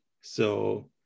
So-